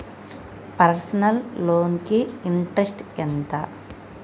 Personal loan కి interest ఎంత?